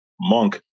Monk